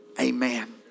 Amen